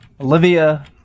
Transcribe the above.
Olivia